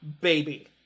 baby